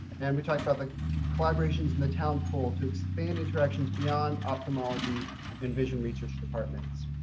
and we talked about the collaborations and the talent pool to expand interactions beyond ophthalmology and vision research departments.